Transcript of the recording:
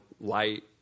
light